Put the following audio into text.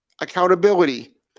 accountability